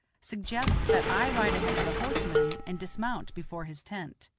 suggests that i ride ahead of the horsemen and dismount before his tent.